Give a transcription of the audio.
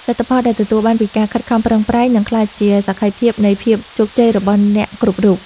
លទ្ធផលដែលទទួលបានពីការខិតខំប្រឹងប្រែងនឹងក្លាយជាសក្ខីភាពនៃភាពជោគជ័យរបស់អ្នកគ្រប់រូប។